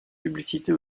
publicité